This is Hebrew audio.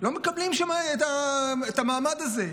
לא מקבלים שם את המעמד הזה.